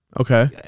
Okay